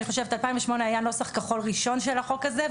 אני חושבת 2008 היה נוסח כחול ראשון של החוק הזה,